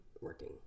working